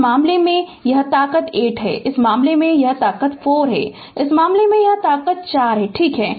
इस मामले में यह ताकत 8 है इस मामले में ताकत 4 है इस मामले में भी ताकत 4 है ठीक है